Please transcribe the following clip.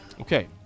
Okay